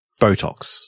Botox